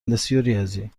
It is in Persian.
ریاضی